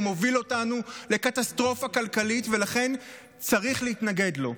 והוא מוביל אותנו לקטסטרופה כלכלית ולכן צריך להתנגד לו.